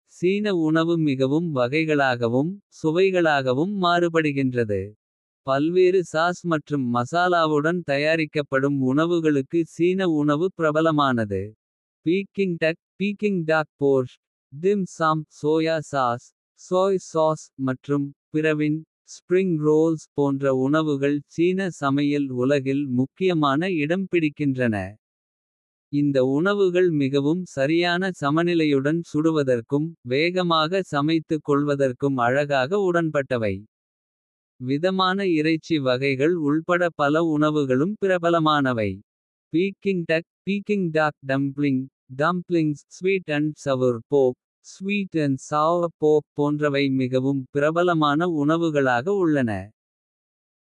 சீன உணவு மிகவும் வகைகளாகவும் சுவைகளாகவும். மாறுபடுகின்றது பல்வேறு சாஸ் மற்றும் மசாலாவுடன். தயாரிக்கப்படும் உணவுகளுக்கு சீன உணவு பிரபலமானது. Peking duck borscht soya sauce மற்றும் பிரவின். போன்ற உணவுகள் சீன சமையல் உலகில் முக்கியமான. இடம் பிடிக்கின்றன. இந்த உணவுகள் மிகவும் சரியான. சமநிலையுடன் சுடுவதற்கும், வேகமாக சமைத்துக். கொள்வதற்கும் அழகாக உடன்பட்டவை.விதமான. இறைச்சி வகைகள் உள்பட பல உணவுகளும் பிரபலமானவை. Peking duck dumpling sweet and sour pork போன்றவை. மிகவும் பிரபலமான உணவுகளாக உள்ளன.